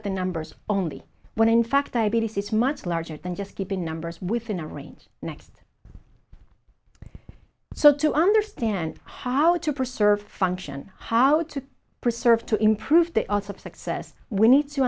at the numbers only when in fact diabetes is much larger than just keeping numbers within the range next so to understand how to preserve function how to preserve to improve the odds of success we need to